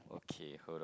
okay hold on